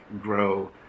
grow